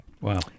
Wow